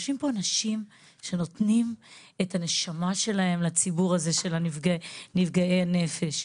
יושבים פה אנשים שנותנים את הנשמה שלהם לציבור הזה של נפגעי נפש.